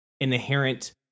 inherent